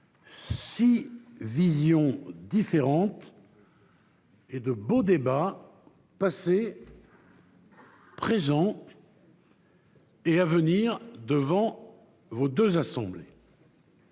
six visions différentes, et de beaux débats passés, présents et à venir devant vos deux assemblées.